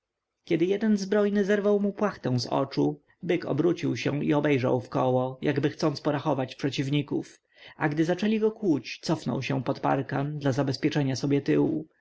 kiedy jeden zbrojny zerwał mu płachtę z oczu byk obrócił się i obejrzał wkoło jakby chcąc porachować przeciwników a gdy zaczęli go kłuć cofnął się pod parkan dla zabezpieczenia sobie tyłu